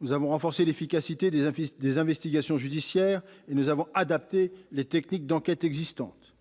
Nous avons renforcé l'efficacité des investigations judiciaires en adaptant les techniques d'enquête existantes.